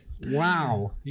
Wow